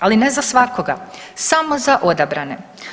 Ali ne za svakoga, samo za odabrane.